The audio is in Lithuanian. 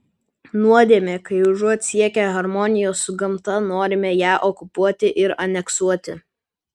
nuodėmė kai užuot siekę harmonijos su gamta norime ją okupuoti ir aneksuoti